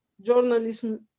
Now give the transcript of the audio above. journalism